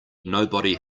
nobody